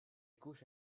couche